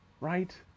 Right